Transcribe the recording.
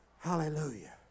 Hallelujah